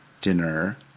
dinner